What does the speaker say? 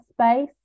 space